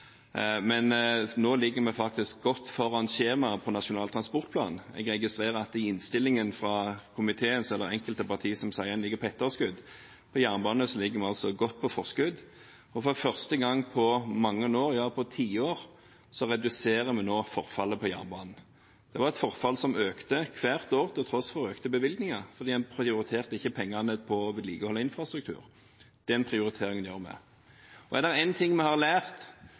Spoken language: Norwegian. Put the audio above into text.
men nå ligger vi faktisk godt foran skjema for Nasjonal transportplan. Jeg registrerer at i innstillingen fra komiteen er det enkelte partier som sier at en er på etterskudd. Når det gjelder jernbane, ligger vi altså godt i forkant. For første gang på mange år, ja på tiår, reduserer vi nå forfallet på jernbanen. Det var et forfall som økte hvert år til tross for økte bevilgninger, fordi pengene ikke ble prioritert til å vedlikeholde infrastrukturen. Den prioriteringen gjør vi. Er det én ting vi har lært